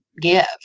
give